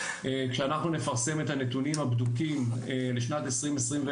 כשאנחנו נפרסם את הנתונים הבדוקים לשנת 2021,